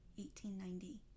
1890